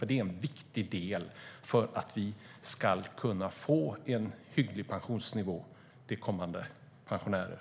Det är en viktig del för att vi ska kunna få en hygglig pensionsnivå för kommande pensionärer.